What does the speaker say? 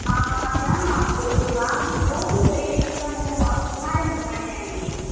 हाँ हाँ जहाँ आप बोलोगे वहाँ पे जो भी पर्यटक स्थान है ना वो आपको सारे घुमाए जाएंगे